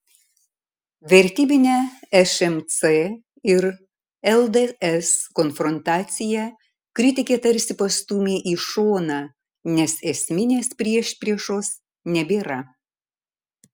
vertybinę šmc ir lds konfrontaciją kritikė tarsi pastūmė į šoną nes esminės priešpriešos nebėra